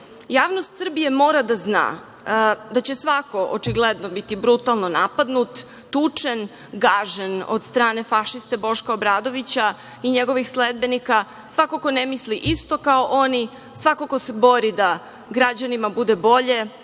Srbije mora da zna da će svako očigledno biti brutalno napadnut, tučen, gažen od strane fašiste Boška Obradovića i njegovih sledbenika, svako ko ne misli isto kao oni, svako ko se bori da građanima bude bolje,